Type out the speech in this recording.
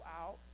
out